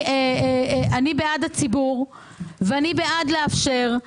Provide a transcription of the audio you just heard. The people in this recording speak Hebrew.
אני בעד הציבור ואני בעד לאפשר.